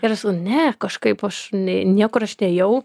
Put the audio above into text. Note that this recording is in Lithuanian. ir ne kažkaip aš ne niekur aš atėjau